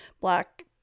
black